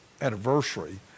anniversary